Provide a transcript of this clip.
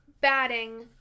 Batting